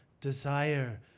desire